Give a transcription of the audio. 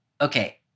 Okay